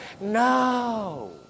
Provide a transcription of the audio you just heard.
No